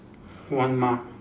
one mile